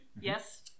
Yes